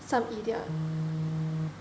some idiot